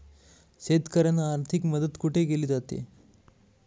शेतकऱ्यांना आर्थिक मदत कुठे केली जाते?